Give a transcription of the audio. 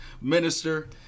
minister